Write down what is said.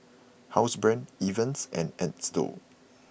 Housebrand Evian and Xndo